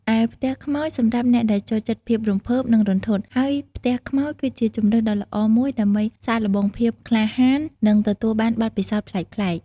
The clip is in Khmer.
ឯ ផ្ទះខ្មោច សម្រាប់អ្នកដែលចូលចិត្តភាពរំភើប និងរន្ធត់ ហើយផ្ទះខ្មោចគឺជាជម្រើសដ៏ល្អមួយដើម្បីសាកល្បងភាពក្លាហាន និងទទួលបានបទពិសោធន៍ប្លែកៗ។